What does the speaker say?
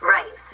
Right